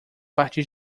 partir